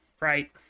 Right